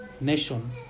nation